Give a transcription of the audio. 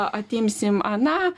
atimsim aną